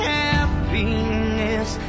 happiness